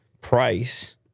price